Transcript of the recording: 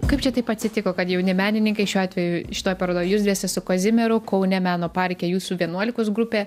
kaip čia taip atsitiko kad jauni menininkai šiuo atveju šitoj parodoj jūs dviese su kazimieru kaune meno parke jūsų vienuolikos grupė